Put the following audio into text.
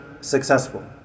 successful